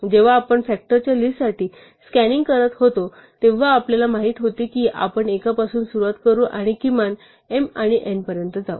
जेव्हा आपण फ़ॅक्टरच्या लिस्टसाठी स्कॅनिंग करत होतो तेव्हा आपल्याला माहित होते की आपण एकापासून सुरुवात करू आणि किमान m आणि n पर्यंत जाऊ